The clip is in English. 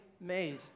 made